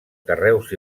carreus